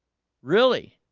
really